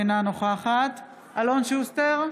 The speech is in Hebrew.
אינה נוכחת אלון שוסטר,